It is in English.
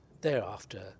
Thereafter